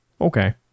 Okay